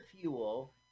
fuel